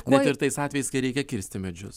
net ir tais atvejais kai reikia kirsti medžius